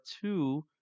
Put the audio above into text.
two